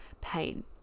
pain